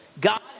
God